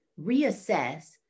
reassess